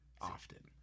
often